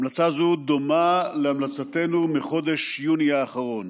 המלצה זו דומה להמלצתנו מחודש יוני האחרון.